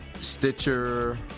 Stitcher